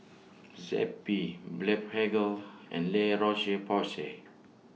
Zappy Blephagel and La Roche Porsay